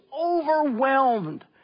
overwhelmed